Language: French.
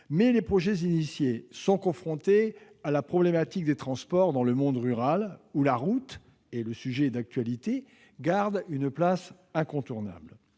Mais les projets initiés sont confrontés à la problématique des transports dans le monde rural, où la route- le sujet est d'actualité -garde une place incontournable.